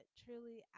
truly